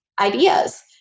ideas